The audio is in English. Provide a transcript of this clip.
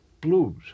Blues